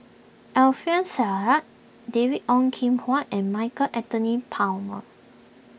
Alfian Sa'At David Ong Kim Huat and Michael Anthony Palmer